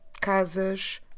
casas